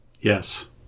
Yes